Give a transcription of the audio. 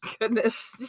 goodness